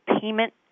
payment